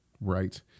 Right